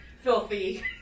filthy